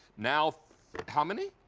now how many?